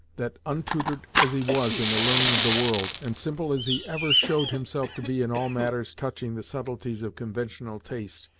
that, untutored as he was in the learning of the world, and simple as he ever showed himself to be in all matters touching the subtleties of conventional taste,